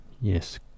yes